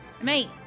Mate